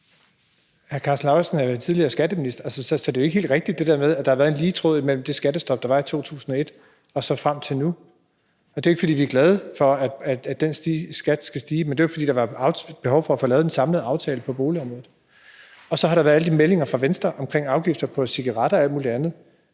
Hr. Karsten Lauritzen er jo tidligere skatteminister. Så det er jo ikke helt rigtigt, altså det dér med, at der har været en lige i tråd mellem det skattestop, der var i 2001, og så frem til nu. Og det er jo ikke, fordi vi er glade for, at den skat skulle stige, men det var jo, fordi der var behov for at få lavet en samlet aftale på boligområdet. Og så har der været alle de meldinger fra Venstre omkring afgifter på cigaretter og alt muligt andet.